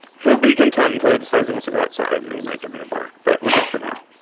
he'll be content until he decides he wants go outside. and and he might get me a bath, but we're good for now